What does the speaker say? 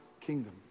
kingdom